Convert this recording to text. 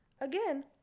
Again